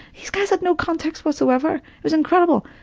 these guys had no context whatsoever. it was incredible.